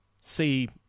see